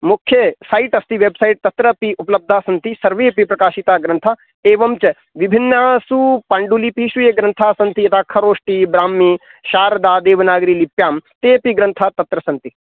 मुख्य सैट् अस्ति वेब्सैट् तत्रापि उपलब्धाः सन्ति सर्वेऽपि प्रकाशिताः ग्रन्थाः एवं च विभिन्नासु पाण्डुलिपिषु ये ग्रन्थाः सन्ति यथा खरोष्टी ब्राह्मी शारदा देवनागरी लिप्यां तेपि ग्रन्था तत्र सन्ति